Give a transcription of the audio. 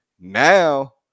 Now